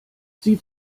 sieh